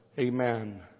Amen